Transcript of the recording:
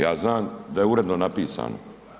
Ja znam da je uredno napisano.